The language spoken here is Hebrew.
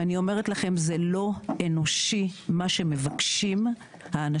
ואני אומרת לכם זה לא אנושי מה שמבקשים האנשים